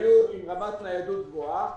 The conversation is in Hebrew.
שהיו עם רמת ניידות גבוהה